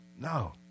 no